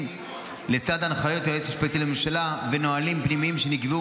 לצד הנחיות היועץ המשפטי לממשלה ונהלים פנימיים שנקבעו